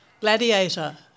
Gladiator